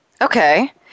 Okay